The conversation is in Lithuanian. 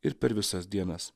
ir per visas dienas